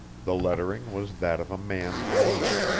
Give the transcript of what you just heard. the lettering was that of a man's name.